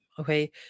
okay